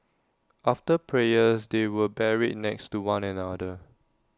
after prayers they were buried next to one another